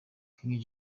king